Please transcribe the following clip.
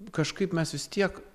kažkaip mes vis tiek